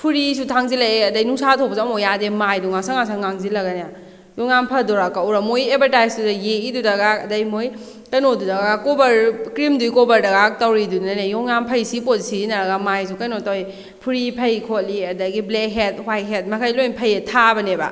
ꯐꯨꯔꯤꯁꯨ ꯊꯥꯡꯖꯤꯜꯂꯛꯑꯦ ꯑꯗꯩ ꯅꯨꯡꯁꯥ ꯊꯣꯛꯄꯁꯨ ꯑꯝꯐꯧ ꯌꯥꯗꯦ ꯃꯥꯏꯗꯣ ꯉꯥꯡꯁꯪ ꯉꯥꯡꯁꯪ ꯉꯥꯡꯁꯤꯜꯂꯒꯅꯦ ꯌꯥꯝ ꯐꯗꯣꯔꯥ ꯀꯛꯎꯔꯥ ꯃꯣꯏ ꯑꯦꯗꯚꯔꯇꯥꯏꯁꯇꯨꯗ ꯌꯦꯛꯏꯗꯨꯗꯒ ꯑꯗꯩ ꯃꯣꯏ ꯀꯩꯅꯣꯗꯨꯗꯒ ꯀꯣꯚꯔ ꯀ꯭ꯔꯤꯝꯗꯨꯏ ꯀꯣꯚꯔꯗꯒ ꯇꯧꯔꯤꯗꯨꯗꯅꯦ ꯌꯥꯡꯉꯨꯀꯥꯟ ꯌꯥꯝ ꯐꯩ ꯁꯤ ꯄꯣꯠ ꯁꯤꯖꯟꯅꯔꯒ ꯃꯥꯏꯁꯨ ꯀꯩꯅꯣ ꯇꯧꯋꯤ ꯐꯨꯔꯤ ꯐꯩ ꯈꯣꯠꯂꯤ ꯑꯗꯒꯤ ꯕ꯭ꯂꯦꯛ ꯍꯦꯠ ꯍ꯭ꯋꯥꯏꯠ ꯍꯦꯠ ꯃꯈꯩ ꯂꯣꯏ ꯐꯩ ꯍꯥꯏꯅ ꯊꯥꯕꯅꯦꯕ